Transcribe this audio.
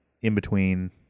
in-between